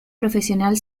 profesional